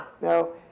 No